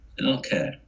Okay